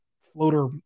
floater